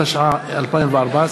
התשע"ה 2014,